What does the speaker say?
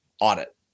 audit